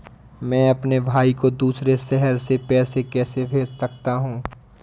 मैं अपने भाई को दूसरे शहर से पैसे कैसे भेज सकता हूँ?